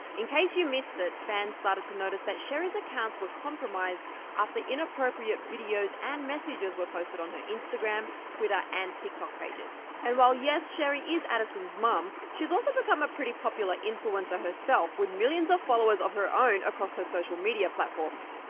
in case you missed it, fans started to notice that sheri's accounts were compromised after inappropriate videos and messages were posted to her instagram, twitter, and tiktok pages. and while yes sheri is addison's mom, she's also become a pretty popular influencer herself with millions of followers of her own across her social platforms.